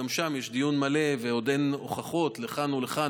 גם שם יש דיון מלא ועדיין אין הוכחות לכאן או לכאן,